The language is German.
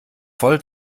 voll